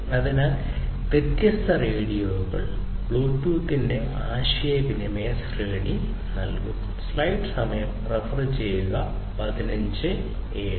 അതിനാൽ വ്യത്യസ്ത റേഡിയോകൾ ബ്ലൂടൂത്തിന്റെ വ്യത്യസ്ത ആശയവിനിമയ ശ്രേണി നൽകും